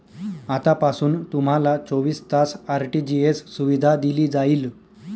आतापासून तुम्हाला चोवीस तास आर.टी.जी.एस सुविधा दिली जाईल